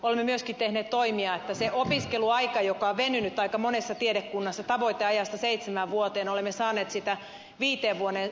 olemme myöskin tehneet toimia että opiskeluaika joka on venynyt aika monessa tiedekunnassa tavoiteajasta seitsemään vuoteen lyhenisi ja olemme saaneet sen viiteen vuoteen